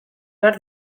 behar